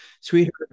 Sweetheart